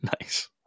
Nice